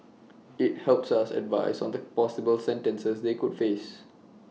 IT helps us advise clients on the possible sentences they could face